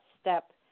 step